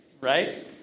right